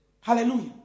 Hallelujah